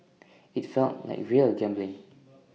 IT felt like real gambling